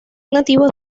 nativos